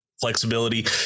flexibility